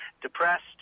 depressed